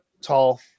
tall